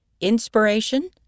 Inspiration